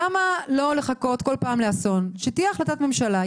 למה לא לחכות כל פעם לאסון ושתהיה החלטת ממשלה.